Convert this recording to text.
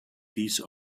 piece